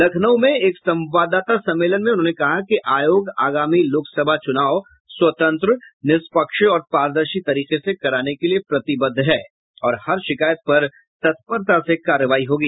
लखनऊ में एक संवाददाता सम्मेलन में उन्होंने कहा कि आयोग आगामी लोकसभा चूनाव स्वतंत्र निष्पक्ष और पारदर्शी तरीके से कराने के लिये प्रतिबद्ध है और हर शिकायत पर तत्परता से कार्रवाई होगी